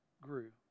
grew